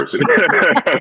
person